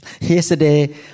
Yesterday